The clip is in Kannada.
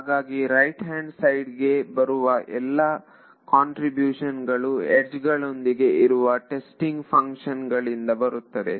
ಹಾಗಾಗಿ ರೈಟ್ ಹ್ಯಾಂಡ್ ಸೈಡಿಗೆ ಬರುವ ಎಲ್ಲಾ ಕಾಂಟ್ರಿಬ್ಯೂಷನ್ ಗಳು ಯಡ್ಜ್ಗಳೊಂದಿಗೆ ಇರುವ ಟೆಸ್ಟಿಂಗ್ ಫಂಕ್ಷನ್ ಗಳಿಂದ ಬರುತ್ತದೆ